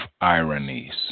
ironies